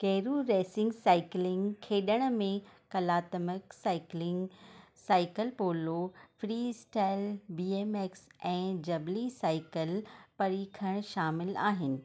गेरु racing cycling खेॾण में कलात्मकु cycling cycle polo freestyle B M X ऐं जबली साइकिल परीखणु शामिल आहिनि